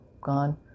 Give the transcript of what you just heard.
gone